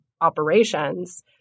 operations